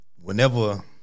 whenever